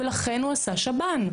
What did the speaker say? ולכן הוא עשה שב"ן.